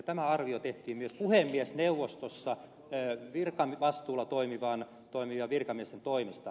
tämä arvio tehtiin myös puhemiesneuvostossa virkavastuulla toimivien virkamiesten toimesta